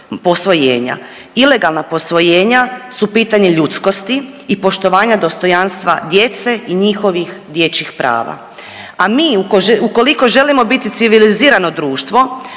Ilegalna posvojenja su pitanje ljudskosti i poštovanja dostojanstva djece i njihovih dječjih prava, a mi ukoliko želimo biti civilizirano društvo